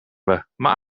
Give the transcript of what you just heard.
we—maar